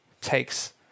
takes